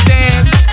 dance